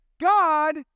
God